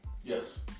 Yes